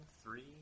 three